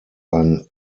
ein